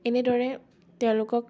কেনেদৰে তেওঁলোকক